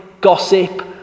gossip